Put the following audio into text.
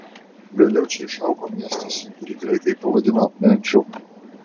vėliau čia išaugo miestas kurį graikai pavadino memfiu